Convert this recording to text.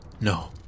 No